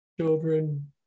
children